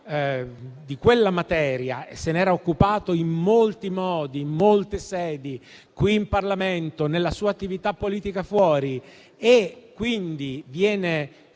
di quella materia e se n'è occupato in molti modi e molte sedi, qui in Parlamento e nella sua attività politica fuori, e viene